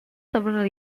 several